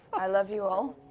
i love you all.